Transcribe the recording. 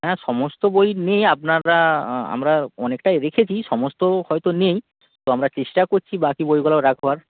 হ্যাঁ সমস্ত বই নেই আপনারা আমরা অনেকটাই রেখেছি সমস্ত হয়তো নেই তো আমরা চেষ্টা করছি বাকি বইগুলোও রাখবার